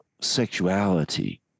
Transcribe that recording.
sexuality